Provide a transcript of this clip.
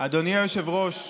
אדוני היושב-ראש,